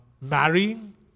marrying